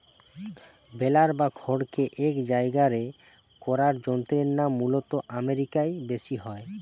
বেলার বা খড়কে এক জায়গারে করার যন্ত্রের কাজ মূলতঃ আমেরিকায় বেশি হয়